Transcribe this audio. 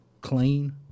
clean